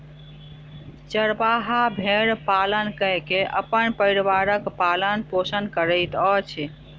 चरवाहा भेड़ पालन कय के अपन परिवारक पालन पोषण करैत अछि